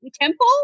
temple